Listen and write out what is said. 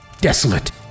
Desolate